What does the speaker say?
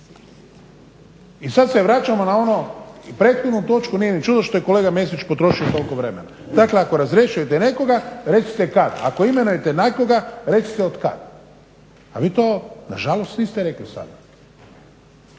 I sada se vraćamo na onu prethodnu točku nije ni čudno što je kolega Mesić potrošio toliko vremena. dakle ako razrješujete nekoga recite kada, ako imenujete nekoga recite od kada. A vi to nažalost niste rekli sada.